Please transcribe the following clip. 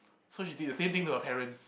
so she did the same thing to her parents